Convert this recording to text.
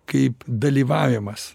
kaip dalyvavimas